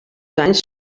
anys